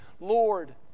Lord